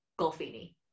Golfini